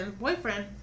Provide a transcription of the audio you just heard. boyfriend